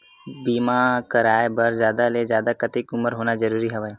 बीमा कराय बर जादा ले जादा कतेक उमर होना जरूरी हवय?